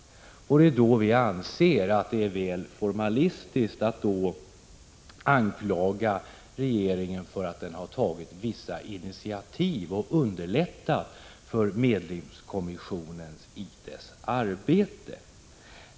Det är därför som jag anser att det är väl formalistiskt att anklaga regeringen för att den har tagit vissa initiativ och underlättat för medlingskommissionen i dess arbete.